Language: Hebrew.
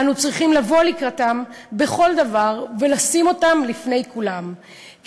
אנו צריכים לבוא לקראתן בכל דבר ולשים אותן לפני כולם,